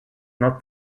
not